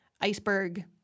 iceberg